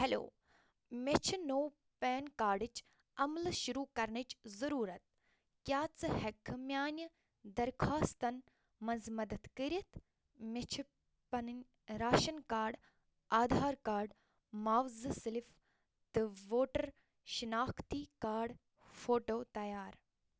hello مےٚ چھِ نوٚو پین کارڈٕچ عملہٕ شُروٗع کَرنٕچ ضٔروٗرت کیٛاہ ژٕ ہٮ۪ککھہٕ میٛانہِ درخواستَن منٛز مدتھ کٔرِتھ مےٚ چھِ پنٕنۍ راشن کارڈ آدھار کارڈ معاوضہٕ سِلِف تہٕ ووٹر شِناختی کارڈ فوٹو تیار